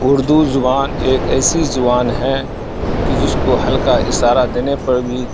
اردو زبان ایک ایسی زبان ہے کہ جس کو ہلکا اشارہ دینے پر بھی